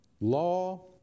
law